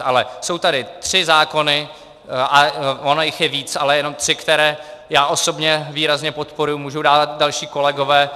Ale jsou tady tři zákony, a ono jich je víc, ale jenom tři, které já osobně výrazně podporuji, můžou dávat další kolegové.